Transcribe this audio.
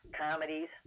comedies